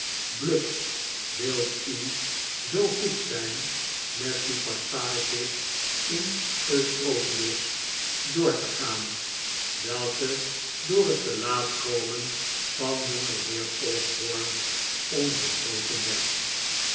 bluck wilt u zoo goed zijn met die passage in eutropius door te gaan welke door het te laat komen van jongeheer osborne onderbroken werd